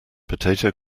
potato